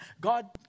God